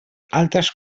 altres